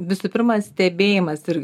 visų pirma stebėjimas ir